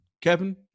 Kevin